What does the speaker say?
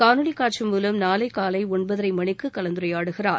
காணொலி காட்சி மூலம் நாளை காலை ஒள்பதரை மணிக்கு கலந்துரையாடுகிறார்